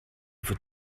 wird